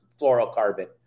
fluorocarbon